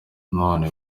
none